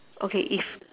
okay if